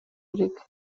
керек